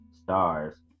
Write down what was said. stars